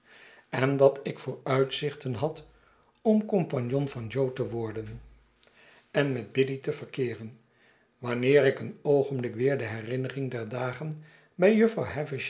en dat ik vooruitzichten had om compagnon van jo te worden en met biddy te verkeeren wanneer in een oogenbhk weer de hennnering der dagen bij jufvrouw